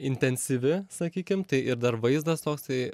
intensyvi sakykim tai ir dar vaizdas toks tai